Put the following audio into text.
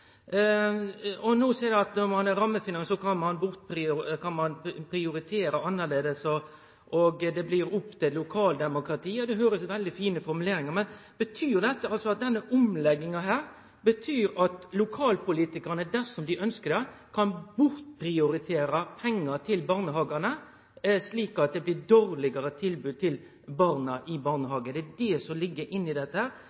No seier ein at når ein har rammefinansiering, kan ein prioritere annleis, at det blir opp til eit lokaldemokrati. Det er mange fine formuleringar, men betyr denne omlegginga at lokalpolitikarane, dersom dei ønskjer det, kan bortprioritere pengar til barnehagane, slik at det blir dårlegare tilbod til barna i